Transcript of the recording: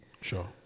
Sure